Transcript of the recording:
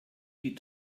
die